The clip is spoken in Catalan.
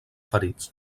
ferits